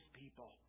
people